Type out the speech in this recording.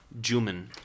juman